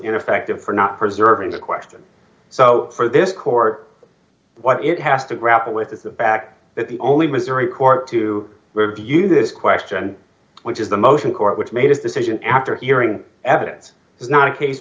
ineffective for not preserving the question so for this court what it has to grapple with is the fact that the only missouri court to review this question which is the motion court which made its decision after hearing evidence was not a case